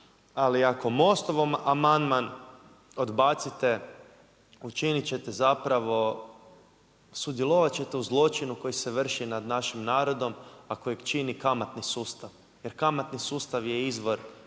ali ako Most-ov amandman odbacite učinit ćete zapravo sudjelovat ćete u zločinu koji se vrši nad našim narodom, a kojeg čini kamatni sustav jer kamatni sustav je izvor zla na